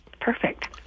perfect